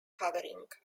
covering